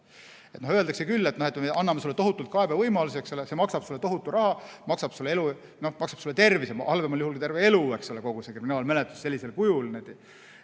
Öeldakse küll, et me anname sulle tohutult kaebevõimalusi, aga see maksab sulle tohutu raha, maksab sulle tervise, halvemal juhul ka terve elu – kogu see kriminaalmenetlus sellisel kujul.